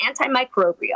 antimicrobial